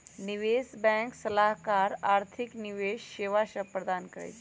निवेश बैंक सलाहकार आर्थिक निवेश सेवा सभ प्रदान करइ छै